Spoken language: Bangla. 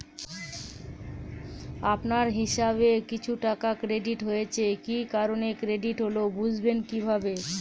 আপনার হিসাব এ কিছু টাকা ক্রেডিট হয়েছে কি কারণে ক্রেডিট হল বুঝবেন কিভাবে?